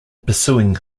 pursuing